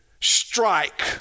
strike